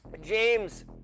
James